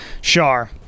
Shar